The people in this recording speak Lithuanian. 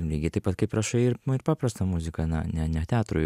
lygiai taip pat kaip rašai paprastą muziką na ne ne teatrui